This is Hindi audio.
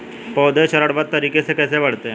पौधे चरणबद्ध तरीके से कैसे बढ़ते हैं?